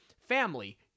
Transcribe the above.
family